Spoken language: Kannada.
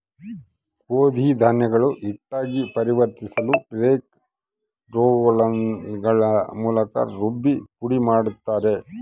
ಗೋಧಿ ಧಾನ್ಯಗಳು ಹಿಟ್ಟಾಗಿ ಪರಿವರ್ತಿಸಲುಬ್ರೇಕ್ ರೋಲ್ಗಳ ಮೂಲಕ ರುಬ್ಬಿ ಪುಡಿಮಾಡುತ್ತಾರೆ